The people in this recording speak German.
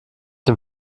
dem